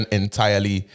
entirely